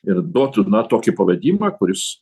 ir duotų na tokį pavedimą kuris